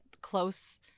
close